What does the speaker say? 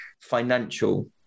financial